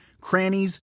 crannies